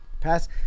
Pass